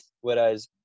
whereas